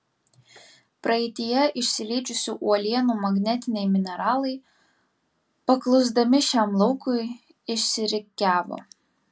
praeityje išsilydžiusių uolienų magnetiniai mineralai paklusdami šiam laukui išsirikiavo